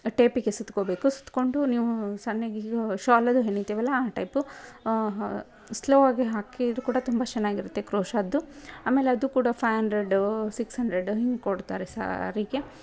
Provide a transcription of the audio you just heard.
ಟೇಪಿಗೆ ಸುತ್ಕೋಬೇಕು ಸುತ್ತಿಕೊಂಡು ನೀವು ಸಣ್ಣಗೆ ಶಾಲದ್ದು ಹೆಣೀತೀವಲ್ಲ ಆ ಟೈಪು ಸ್ಲೋ ಆಗೇ ಹಾಕಿದ್ರೂ ಕೂಡ ತುಂಬ ಚೆನ್ನಾಗಿರುತ್ತೆ ಕ್ರೋಷದ್ದು ಆಮೇಲೆ ಅದೂ ಕೂಡ ಫೈ ಅಂಡ್ರೆಡ್ಡು ಸಿಕ್ಸ್ ಹಂಡ್ರೆಡ್ಡು ಹಿಂಗೆ ಕೊಡ್ತಾರೆ ಸಾರಿಗೆ